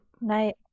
night